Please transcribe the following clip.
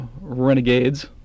renegades